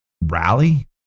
rally